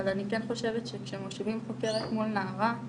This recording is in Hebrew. אבל אני כן חושבת שכשמושיבים חוקרת מול נערה,